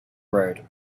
road